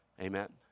Amen